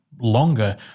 longer